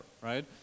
right